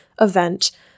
event